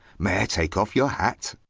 may i take off your hat,